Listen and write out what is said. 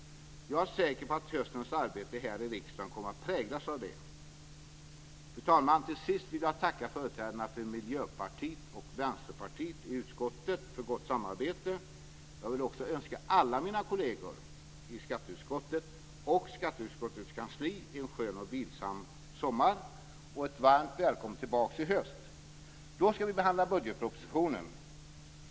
Jag är säker på att höstens arbete här i riksdagen kommer att präglas av det. Fru talman! Till sist vill jag tacka företrädarna för Miljöpartiet och Vänsterpartiet i utskottet för gott samarbete. Jag vill också önska alla mina kolleger i skatteutskottet och skatteutskottets kansli en skön och vilsam sommar och ett varmt välkommen tillbaks i höst. Då ska vi behandla budgetpropositionen.